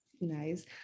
Nice